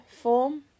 form